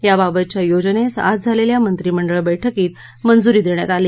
याबाबतच्या योजनेस आज झालेल्या मंत्रिमंडळ बैठकीत मंजूरी देण्यात आली